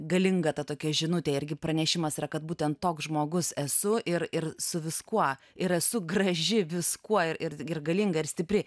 galinga tokia žinutė irgi pranešimas yra kad būtent toks žmogus esu ir ir su viskuo ir esu graži viskuo ir ir ir galinga ir stipri